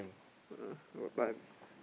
where got time